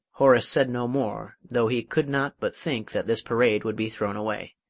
horace said no more, though he could not but think that this parade would be thrown away.